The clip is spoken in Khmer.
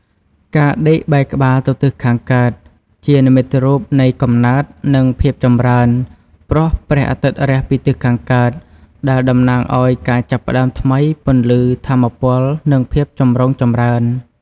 ការដេកបែរក្បាលទៅទិសខាងកើត ជានិមិត្តរូបនៃកំណើត និងភាពចម្រើន ព្រោះព្រះអាទិត្យរះពីទិសខាងកើត ដែលតំណាងឱ្យការចាប់ផ្តើមថ្មី ពន្លឺ ថាមពល និងភាពចម្រុងចម្រើន។